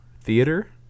Theater